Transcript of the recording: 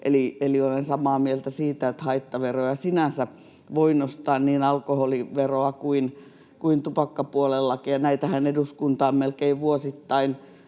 Eli olen samaa mieltä siitä, että haittaveroja sinänsä voi nostaa, niin alkoholiveroa kuin tupakkapuolellakin. Ja näitähän eduskunta on melkein vuosittain